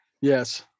yes